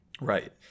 Right